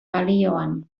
balioan